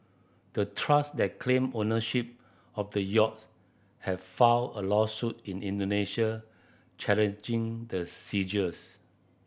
the trust that claim ownership of the yachts have a lawsuit in Indonesia challenging the seizures